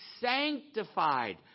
sanctified